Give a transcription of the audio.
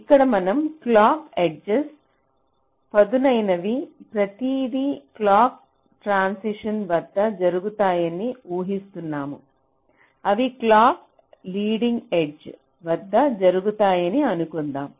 ఇక్కడ మనం clock edges పదునైనవి ప్రతిదీ క్లాక్ ట్రాన్సిషన్ వద్ద జరుగుతాయని ఊహిస్తూన్నాము అవి క్లాక్ లీడింగ్ ఎడ్జ్ వద్ద జరుగుతాయని అనుకుందాం